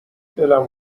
دلم